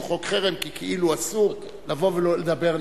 חוק חרם כי כאילו אסור לבוא ולדבר נגדן.